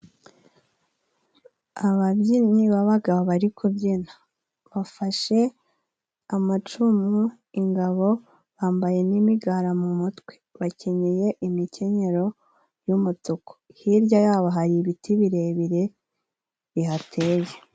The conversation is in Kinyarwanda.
Ababyinnyi babagabo bari kubyina bafashe amacumu ingabo bambaye n'imigara mu mutwe bakenyeye imikenyero y'umutuku hirya yabo hari ibiti birebire bihateye